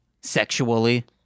sexually